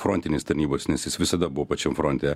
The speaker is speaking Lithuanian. frontinės tarnybos nes jis visada buvo pačiam fronte